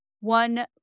one